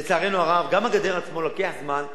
לצערנו הרב, גם בניית הגדר עצמה לוקחת זמן.